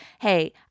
hey